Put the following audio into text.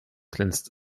glänzt